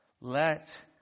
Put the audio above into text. let